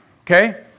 okay